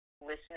listening